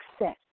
success